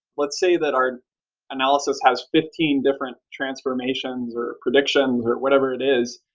let's say that our analysis has fifteen different transformation, or predictions, or whatever it is,